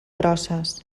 grosses